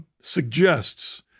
suggests